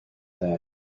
that